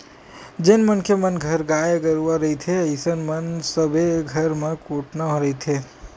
जेन मनखे मन घर गाय गरुवा रहिथे अइसन म सबे घर म कोटना रहिथे